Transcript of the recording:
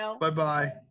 Bye-bye